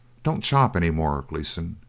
don't chop any more, gleeson,